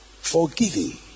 forgiving